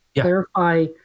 clarify